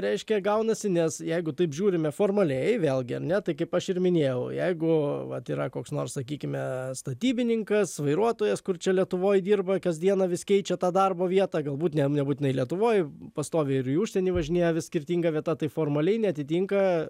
reiškia gaunasi nes jeigu taip žiūrime formaliai vėlgi ar ne tai kaip aš ir minėjau jeigu vat yra koks nors sakykime statybininkas vairuotojas kur čia lietuvoj dirba kasdieną vis keičia tą darbo vietą galbūt net nebūtinai lietuvoj pastoviai ir į užsienį važinėja vis skirtinga vieta tai formaliai neatitinka